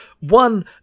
one